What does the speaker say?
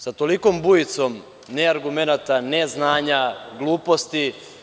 Sa tolikom bujicom ne argumenata, ne znanja, gluposti.